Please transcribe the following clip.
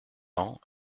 ans